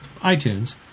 iTunes